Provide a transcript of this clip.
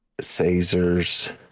caesars